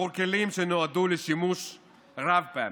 עבור כלים שנועדו לשימוש רב-פעמי.